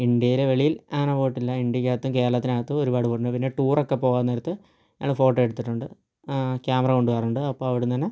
ഇന്ത്യയുടെ വെളിയിൽ അങ്ങനെ പോയിട്ടില്ല ഇന്ത്യക്കകത്തും കേരളത്തിനകത്തും ഒരുപാട് പോയിട്ടുണ്ട് പിന്നെ ടൂർ ഒക്കെ പോകാൻ നേരത്ത് ഞങ്ങൾ ഫോട്ടോ എടുത്തിട്ടുണ്ട് ക്യാമറ കൊണ്ടുപോകാറുണ്ട് അപ്പോൾ അവിടുന്ന് തന്നെ